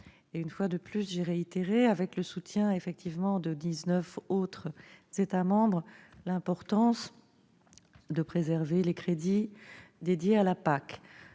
Une fois de plus, j'ai réitéré, avec le soutien, en effet, de dix-neuf autres États membres, l'importance de préserver les crédits dédiés à la PAC,